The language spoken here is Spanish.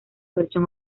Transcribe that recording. versión